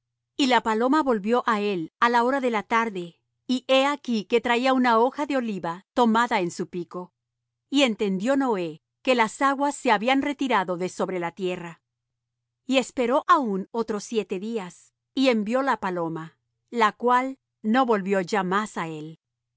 y la paloma volvió á él á la hora de la tarde y he aquí que traía una hoja de oliva tomada en su pico y entendió noé que las aguas se habían retirado de sobre la tierra y esperó aún otros siete días y envió la paloma la cual no volvió ya más á él